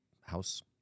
house